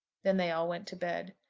then they all went to bed.